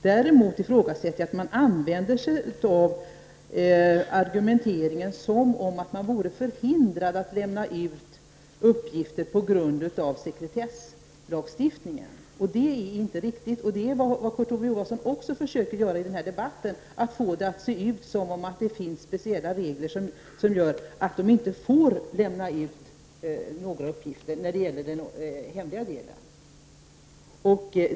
Däremot ifrågasätter jag att man använder sig av en argumentering som får det att framstå som om regeringen vore förhindrad att lämna ut uppgifter på grund av sekretesslagstiftningen. Det är inte riktigt. Det är vad Kurt Ove Johansson också försöker göra i den här debatten. Han försöker få det att se ut som om det finns speciella regler som gör att regeringen inte får lämna ut några uppgifter som gäller den hemliga delen.